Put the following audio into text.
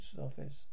office